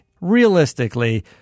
realistically